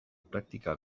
praktika